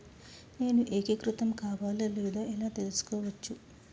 నేను ఏకీకృతం కావాలో లేదో ఎలా తెలుసుకోవచ్చు?